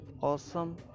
awesome